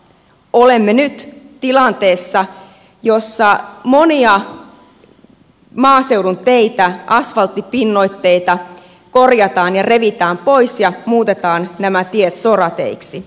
olemme nyt tilanteessa jossa monia maaseudun teitä asfalttipinnoitteita korjataan ja revitään pois ja muutetaan nämä tiet sorateiksi